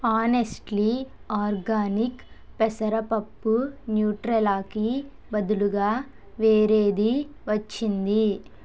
honestly organic పెసరపప్పు న్యూట్రెలాకి బదులుగా వేరేది వచ్చింది